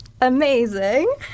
Amazing